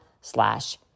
slash